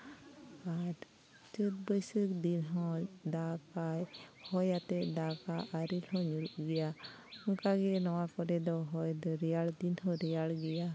ᱟᱨ ᱪᱟᱹᱛ ᱵᱟᱹᱭᱥᱟᱹᱠᱷ ᱫᱤᱱ ᱦᱚᱸ ᱫᱟᱜᱟᱭ ᱦᱚᱭᱟᱛᱮ ᱫᱟᱜᱟᱭ ᱟᱨᱮᱞ ᱦᱚᱸ ᱧᱩᱨᱩᱜ ᱜᱮᱭᱟ ᱚᱱᱠᱟ ᱜᱮ ᱱᱚᱣᱟ ᱠᱚᱨᱮ ᱫᱚ ᱦᱚᱭ ᱫᱚ ᱨᱮᱭᱟᱲ ᱫᱤᱱ ᱦᱚᱸ ᱨᱮᱭᱟᱲ ᱜᱮᱭᱟ